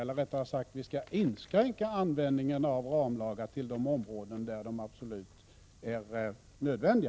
Eller rättare sagt: Vi skall inskränka användningen av ramlagar till de områden där de absolut är nödvändiga.